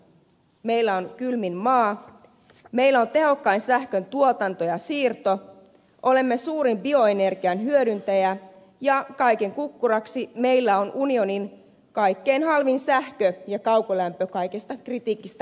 meillä on kylmin maa meillä on tehokkain sähkön tuotanto ja siirto olemme suurin bioenergian hyödyntäjä ja kaiken kukkuraksi meillä on unionin kaikkein halvin sähkö ja kaukolämpö kaikesta kritiikistä huolimatta